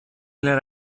для